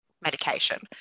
medication